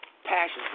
passion